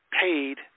paid